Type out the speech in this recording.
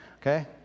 okay